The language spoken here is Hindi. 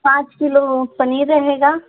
पाँच किलो पनीर रहेगा